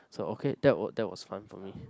so okay that were that was fun for me